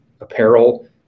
apparel